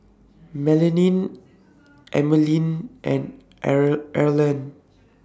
Melanie Emmaline and Erland